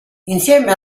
insieme